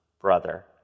brother